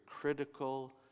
critical